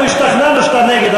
אנחנו השתכנענו שאתה נגד,